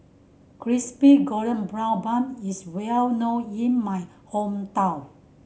Crispy Golden Brown Bun is well known in my hometown